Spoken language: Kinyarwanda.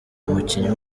umukinnyi